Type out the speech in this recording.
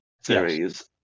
series